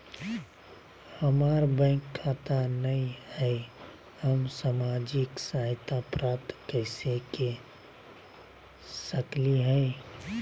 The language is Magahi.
हमार बैंक खाता नई हई, हम सामाजिक सहायता प्राप्त कैसे के सकली हई?